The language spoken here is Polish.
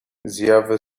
zjawy